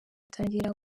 atangira